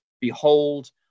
behold